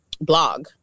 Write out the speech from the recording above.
blog